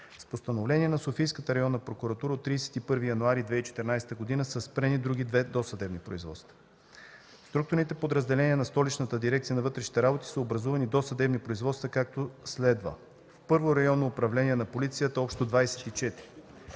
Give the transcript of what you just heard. С Постановление на Софийската районна прокуратура от 31 януари 2014 г. са спрени други две досъдебни производства. В структурните подразделения на вътрешните подразделения са образувани досъдебни производства както следва: В Първо районно управление на полицията – общо 24,